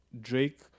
Drake